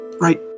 right